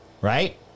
Right